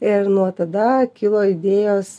ir nuo tada kilo idėjos